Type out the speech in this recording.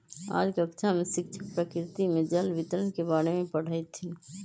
आज कक्षा में शिक्षक प्रकृति में जल वितरण के बारे में पढ़ईथीन